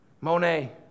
Monet